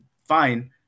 Fine